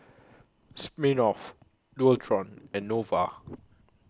Smirnoff Dualtron and Nova